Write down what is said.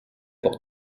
pour